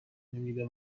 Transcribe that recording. نمیده